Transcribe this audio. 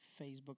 Facebook